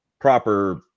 proper